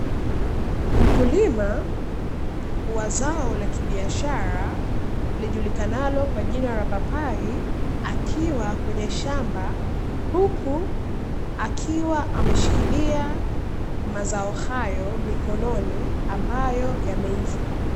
Mkulima wa zao la kibiashara lijulikanalo kwa jina la papai akiwa kwenye shamba, huku akiwa ameshikilia mazao hayo mikononi ambayo yameiva.